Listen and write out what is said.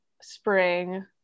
spring